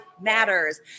matters